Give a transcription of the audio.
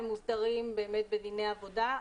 הן מוסדרות באמת בדיני עבודה.